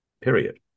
period